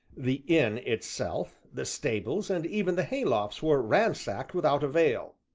the inn itself, the stables, and even the haylofts were ransacked without avail.